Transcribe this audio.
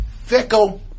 Fickle